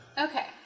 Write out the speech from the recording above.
Okay